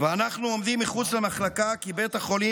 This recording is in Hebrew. ואנחנו עומדים מחוץ למחלקה כי בית החולים